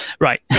Right